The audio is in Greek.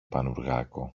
πανουργάκο